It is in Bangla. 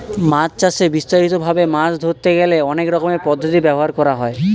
মাছ চাষে বিস্তারিত ভাবে মাছ ধরতে গেলে অনেক রকমের পদ্ধতি ব্যবহার করা হয়